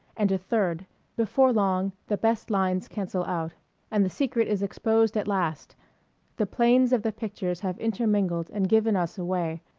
and a third before long the best lines cancel out and the secret is exposed at last the planes of the pictures have intermingled and given us away,